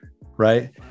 right